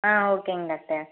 ஆ ஓகேங்க டாக்டர்